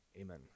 Amen